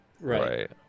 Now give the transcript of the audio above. Right